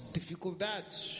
dificuldades